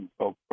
okay